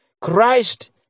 christ